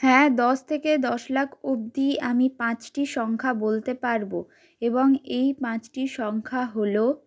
হ্যাঁ দশ থেকে দশ লাখ অবধি আমি পাঁচটি সংখ্যা বলতে পারব এবং এই পাঁচটি সংখ্যা হলো